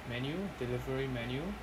menu delivery menu